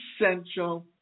essential